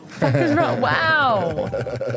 wow